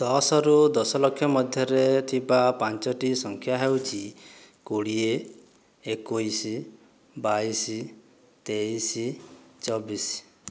ଦଶରୁ ଦଶ ଲକ୍ଷ ମଧ୍ୟରେ ଥିବା ପାଞ୍ଚୋଟି ସଂଖ୍ୟା ହେଉଛି କୋଡ଼ିଏ ଏକୋଇଶ ବାଇଶ ତେଇଶ ଚବିଶ